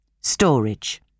Storage